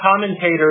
commentators